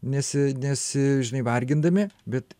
nes nes žinai vargindami bet